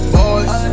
boys